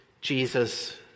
Jesus